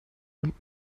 und